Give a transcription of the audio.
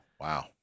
Wow